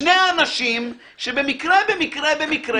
שני אנשים שבמקרה במקרה במקרה,